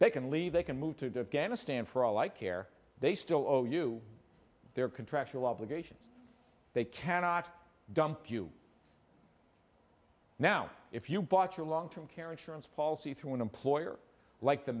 they can leave they can move to ghana stand for all i care they still owe you their contractual obligations they cannot dump you now if you bought your long term care insurance policy through an employer like the